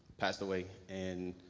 passed away and